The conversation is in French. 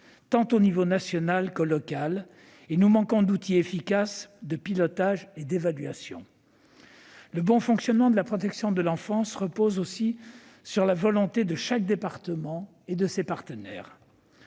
tant à l'échelon national qu'à l'échelon local : nous manquons d'outils efficaces de pilotage et d'évaluation. Le bon fonctionnement de la protection de l'enfance repose ainsi sur la volonté de chaque département et de ses partenaires.